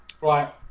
Right